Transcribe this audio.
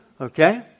Okay